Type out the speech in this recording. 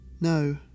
No